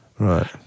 Right